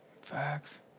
Facts